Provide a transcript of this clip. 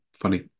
funny